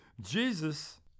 Jesus